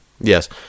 Yes